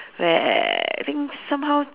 where I think somehow